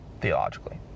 Theologically